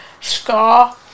scar